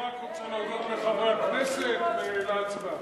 אני רק רוצה להודות לחברי הכנסת, ולהצבעה.